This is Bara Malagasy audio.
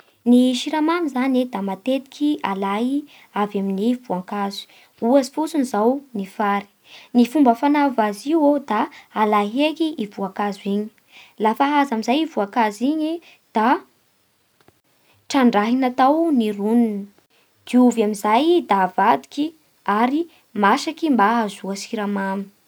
Ny siramamy zany e, da matetiky alay avy amin'ny alalan'ny voa-kazo, ohatsy fotsiny zao e ny fary. Ny fomba fanaova azy io ô da ala heky i voa-kaeo igny, lafa haza amin'izay voakazo igny e, da trandrahina tao ny roniny, diovy amin'izay da avadiky ary masaky mba azahoa siramamy.